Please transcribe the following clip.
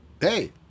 Hey